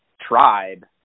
tribe